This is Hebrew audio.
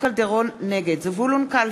נגד זבולון קלפה,